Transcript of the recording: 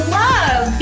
love